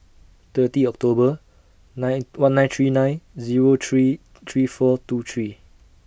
thirty October nine one nine three nine Zero three three four two three